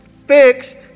Fixed